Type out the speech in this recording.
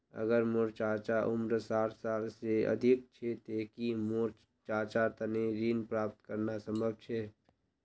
अगर मोर चाचा उम्र साठ साल से अधिक छे ते कि मोर चाचार तने ऋण प्राप्त करना संभव छे?